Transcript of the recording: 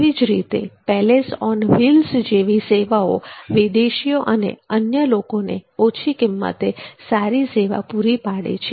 તેવી જ રીતે પેલેસ ઓન વ્હીલ્સ જેવી સેવાઓ વિદેશીઓ અને અન્ય લોકોને ઓછી કિંમતે સારી સેવા પૂરી પાડે છે